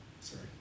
Sorry